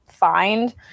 find